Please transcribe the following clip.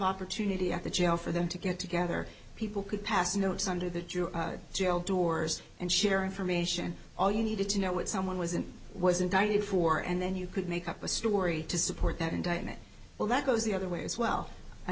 opportunity at the jail for them to get together people could pass notes under that your jail doors and share information all you needed to know what someone was in was indicted for and then you could make up a story to support that indictment well that goes the other way as well